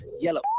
yellow